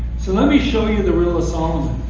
so let me show you the riddle of solomon,